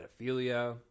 pedophilia